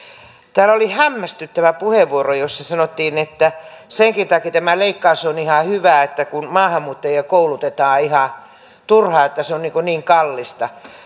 täällä oli hämmästyttävä puheenvuoro jossa sanottiin että senkin takia tämä leikkaus on ihan hyvä että maahanmuuttajia koulutetaan ihan turhaan että se on niin kallista